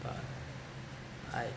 uh I